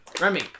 Remy